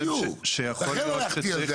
לכן הלכתי על זה.